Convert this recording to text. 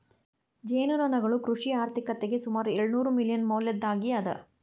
ಜೇನುನೊಣಗಳು ಕೃಷಿ ಆರ್ಥಿಕತೆಗೆ ಸುಮಾರು ಎರ್ಡುನೂರು ಮಿಲಿಯನ್ ಮೌಲ್ಯದ್ದಾಗಿ ಅದ